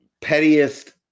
pettiest